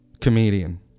comedian